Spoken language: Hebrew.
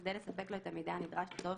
וכדי לספק לו את המיידע הנדרש לצורך